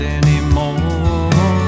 anymore